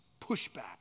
pushback